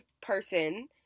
person